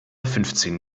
fünfzehn